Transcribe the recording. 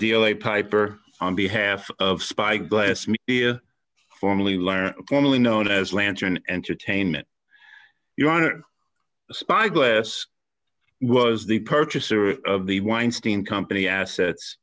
deal a piper on behalf of spyglass media formally learn formally known as lantern entertainment you honored spyglass was the purchaser of the weinstein company assets